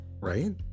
Right